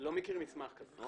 לא מכיר מסמך כזה.